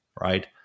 right